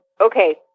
okay